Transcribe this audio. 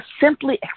simply